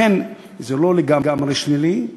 לכן זה לא לגמרי שלילי.